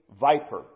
viper